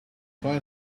find